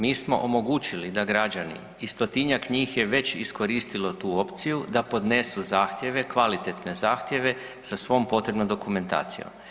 Mi smo omogućili da građani i stotinjak njih je već iskoristilo tu opciju da podnesu zahtjeve kvalitetne zahtjeve sa svom potrebnom dokumentacijom.